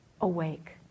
awake